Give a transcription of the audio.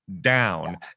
down